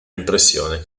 impressione